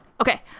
okay